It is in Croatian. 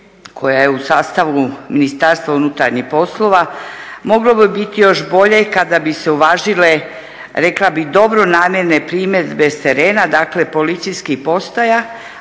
koja je u sastavu MUP-a moglo bi biti još bolje kada bi se uvažile rekla bih dobronamjerne primjedbe s terena, dakle policijskih postaja,